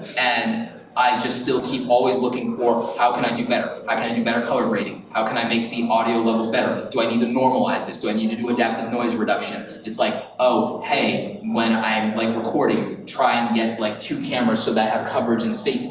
and i just still keep always looking for how can i do better. i can do better color grading. how can i make the audio levels better. do i need to normalize this, do i need to do adaptive noise reduction. it's like, oh, hey, when i'm recording, try and get like two cameras, so that i have coverage and safety.